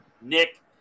Nick